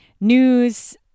news